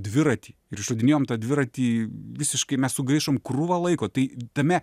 dviratį ir išradinėjom tą dviratį visiškai mes sugaišom krūvą laiko tai tame